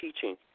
teaching